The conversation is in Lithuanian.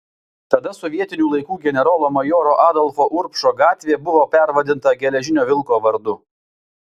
tada sovietinių laikų generolo majoro adolfo urbšo gatvė buvo pervadinta geležinio vilko vardu